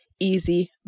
easy